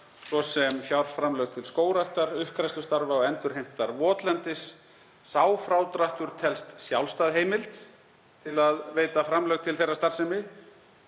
svo sem fjárframlög til skógræktar, uppgræðslustarfa og endurheimtar votlendis. Sá frádráttur telst sjálfstæð heimild til að veita framlög til þeirrar starfsemi